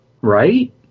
Right